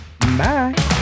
bye